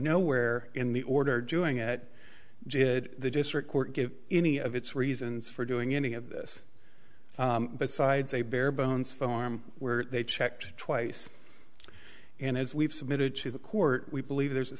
nowhere in the order doing it the district court give any of its reasons for doing any of this besides a bare bones farm where they checked twice and as we've submitted to the court we believe there's a